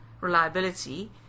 reliability